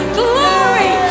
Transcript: glory